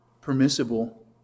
permissible